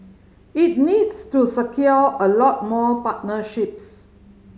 it needs to secure a lot more partnerships